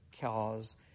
cause